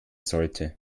sollte